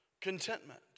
contentment